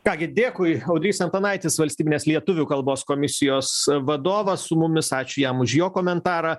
ką gi dėkui audrys antanaitis valstybinės lietuvių kalbos komisijos vadovas su mumis ačiū jam už jo komentarą